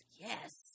Yes